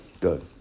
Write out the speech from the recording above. good